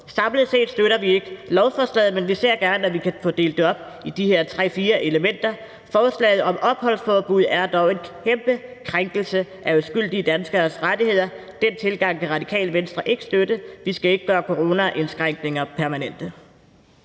Samlet set støtter vi ikke lovforslaget, men vi ser gerne, at vi kan få det delt op i de her tre, fire elementer. Forslaget om opholdsforbud er dog en kæmpe krænkelse af uskyldige danskeres rettigheder, og den tilgang kan Det Radikale Venstre ikke støtte, for vi skal ikke gøre coronaindskrænkninger permanente.